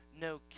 no